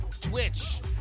Twitch